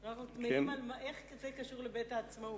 אנחנו תמהים איך זה קשור לבית-העצמאות.